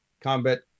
combat